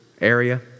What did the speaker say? area